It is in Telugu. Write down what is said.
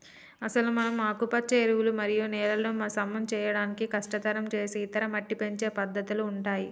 అసలు మనం ఆకుపచ్చ ఎరువులు మరియు నేలలను సమం చేయడం కష్టతరం సేసే ఇతర మట్టి పెంచే పద్దతుల ఉంటాయి